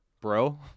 bro